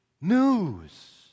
news